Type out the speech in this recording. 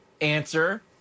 answer